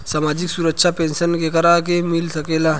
सामाजिक सुरक्षा पेंसन केकरा के मिल सकेला?